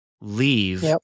leave